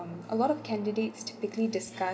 a lot of candidates quickly discuss